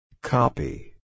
Copy